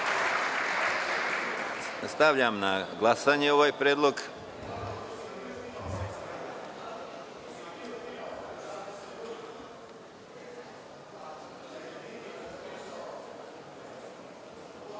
stavljam na glasanje predlog